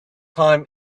time